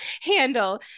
handle